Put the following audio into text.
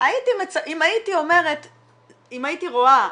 אם הייתי רואה,